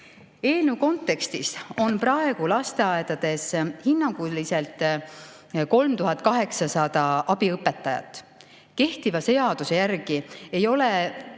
Eelnõu kontekstis on praegu lasteaedades hinnanguliselt 3800 abiõpetajat. Kehtiva seaduse järgi ei ole